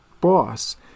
boss